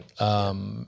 Right